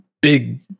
big